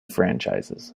franchises